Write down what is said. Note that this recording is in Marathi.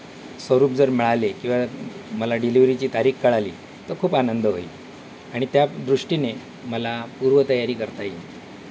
स्वरूप जर मिळाले किंवा मला डिलिवरीची तारीख कळाली तर खूप आनंद होईल आणि त्या दृष्टीने मला पूर्व तयारी करता येईल